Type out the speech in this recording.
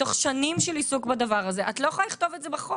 מתוך עיסוק של שנים בדבר הזה: את לא יכולה לכתוב את זה בחוק.